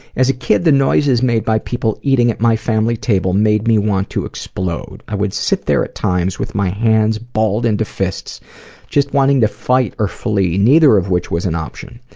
as a kid the noises made by people eating at my family table made me want to explode. i would sit there at times with my hands balled into fists just wanting to fight for flee, neither of which was an option.